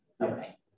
Okay